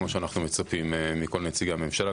וכמו שאנחנו מצפים מכל נציגי הממשלה,